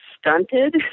stunted